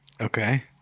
Okay